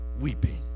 weeping